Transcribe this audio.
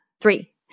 three